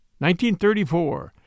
1934